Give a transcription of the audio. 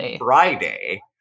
friday